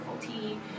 tea